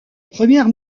première